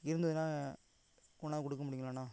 இருந்துதுன்னா கொண்டாந்து கொடுக்க முடியுங்களாண்ணா